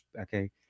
okay